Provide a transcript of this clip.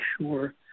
sure